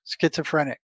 schizophrenic